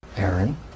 Aaron